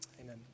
Amen